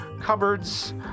cupboards